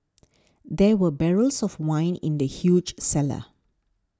there were barrels of wine in the huge cellar